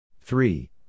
Three